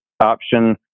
option